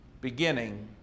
beginning